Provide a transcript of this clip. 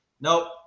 Nope